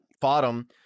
bottom